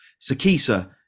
Sakisa